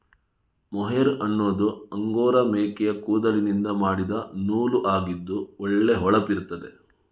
mohair ಅನ್ನುದು angora ಮೇಕೆಯ ಕೂದಲಿನಿಂದ ಮಾಡಿದ ನೂಲು ಆಗಿದ್ದು ಒಳ್ಳೆ ಹೊಳಪಿರ್ತದೆ